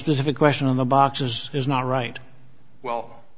specific question on the boxes is not right well